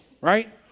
right